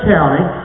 County